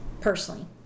Personally